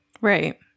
Right